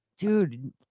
Dude